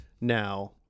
now